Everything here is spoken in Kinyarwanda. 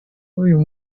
w’uyu